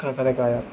కాకరకాయా